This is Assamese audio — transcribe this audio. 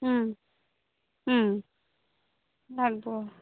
লাগিব